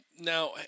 Now